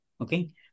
okay